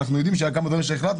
אנחנו יודעים שהיו כמה דברים שהחלטנו.